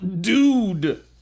dude